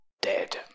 dead